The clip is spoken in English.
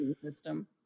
system